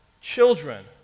children